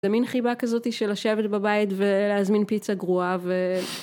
זה מין חיבה כזאת של לשבת בבית ולהזמין פיצה גרועה ו...